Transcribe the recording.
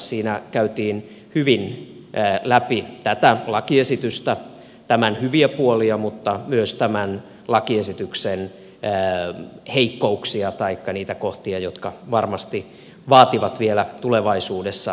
siinä käytiin hyvin läpi tätä lakiesitystä tämän hyviä puolia mutta myös tämän lakiesityksen heikkouksia taikka niitä kohtia jotka varmasti vaativat vielä tulevaisuudessa lisätyöstämistä